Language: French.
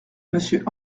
monsieur